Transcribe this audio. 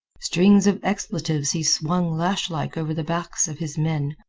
strings of expletives he swung lashlike over the backs of his men,